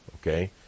Okay